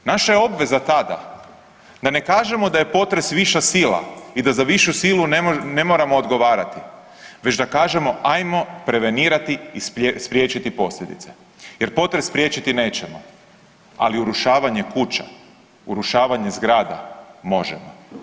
Naša je obveza tada da ne kažemo da je potres viša sila i da za višu silu ne moramo odgovarati, već da kažemo ajmo prevenirati i spriječiti posljedice jer potres priječiti nećemo, ali urušavanje kuća, urušavanje zgrada možemo.